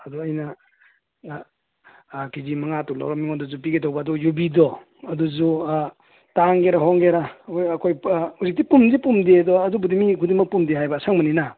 ꯑꯗꯨ ꯑꯩꯅ ꯑꯥ ꯀꯦ ꯖꯤ ꯃꯉꯥ ꯇꯔꯨꯛ ꯂꯧꯔ ꯃꯤꯉꯣꯟꯗꯁꯨ ꯄꯤꯒꯦ ꯇꯧꯕ ꯑꯗꯣ ꯌꯨꯕꯤꯗꯣ ꯑꯗꯨꯁꯨ ꯇꯥꯡꯒꯦꯔꯥ ꯍꯣꯡꯒꯦꯔꯥ ꯍꯣꯏ ꯑꯩꯈꯣꯏ ꯍꯧꯖꯤꯛꯇꯤ ꯄꯨꯝꯗꯤ ꯄꯨꯝꯗꯦ ꯑꯗꯣ ꯑꯗꯨꯕꯨꯗꯤ ꯃꯤ ꯈꯨꯗꯤꯡꯃꯛ ꯄꯨꯝꯗꯦ ꯍꯥꯏꯕ ꯑꯁꯪꯕꯅꯤꯅ